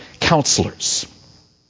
counselors